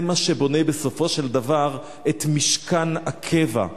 זה מה שבונה בסופו של דבר את משכן הקבע.